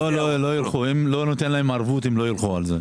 אם לא נותן להם ערבות, לא ילכו על זה.